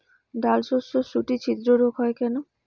ডালশস্যর শুটি ছিদ্র রোগ হয় কেন?